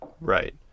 Right